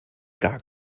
gar